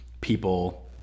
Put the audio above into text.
people